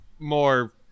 more